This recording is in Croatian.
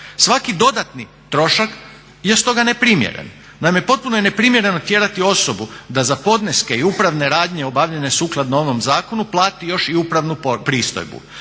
Svaki dodatni trošak je stoga neprimjeren. Naime, potpuno je neprimjereno tjerati osobu da za podneske i upravne radnje obavljene sukladno ovom zakonu plati još i upravnu pristojbu.